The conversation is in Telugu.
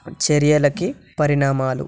చర్యలకి పరిణామాలు